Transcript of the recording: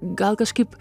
gal kažkaip